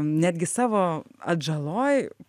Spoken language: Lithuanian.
netgi savo atžaloj